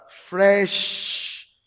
fresh